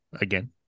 again